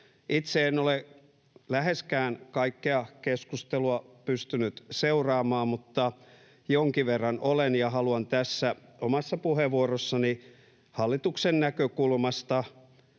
Itse en ole läheskään kaikkea keskustelua pystynyt seuraamaan, mutta jonkin verran olen, ja haluan tässä omassa puheenvuorossani hallituksen näkökulmasta